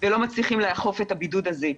ולא מצליחים לאכוף את הבידוד הזה.